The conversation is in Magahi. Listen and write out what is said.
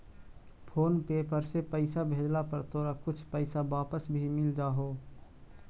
फोन पे पर से पईसा भेजला पर तोरा कुछ पईसा वापस भी मिल जा हो